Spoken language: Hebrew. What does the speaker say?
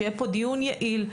שיהיה פה דיון יעיל.